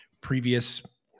previous